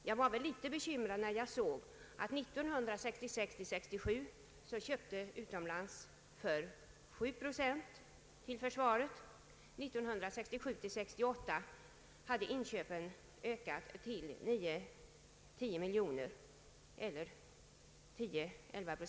Jag blev litet bekymrad när jag såg att försvarets inköp utomlands uppgick till 7 procent 1966 68.